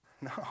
No